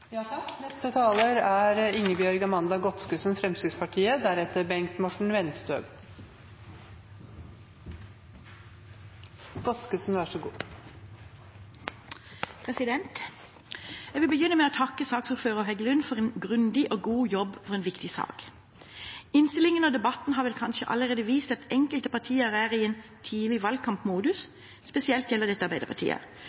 er jobb nr. én. Jeg vil begynne med å takke saksordfører Heggelund for en grundig og god jobb med en viktig sak. Innstillingen og debatten har kanskje allerede vist at enkelte partier er i tidlig valgkampmodus. Spesielt gjelder dette Arbeiderpartiet, som f.eks. ved at de nå endelig er interessert i en